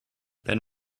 wenn